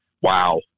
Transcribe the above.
wow